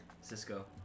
Cisco